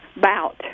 bout